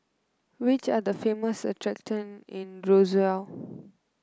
which are the famous attraction in Roseau